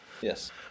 yes